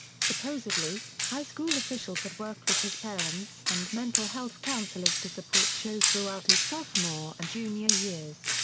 supposedly, high school officials had worked with his parents and mental health counselors to support cho throughout his sophomore and junior years.